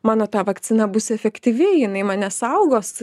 mano ta vakcina bus efektyvi jinai mane saugos